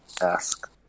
ask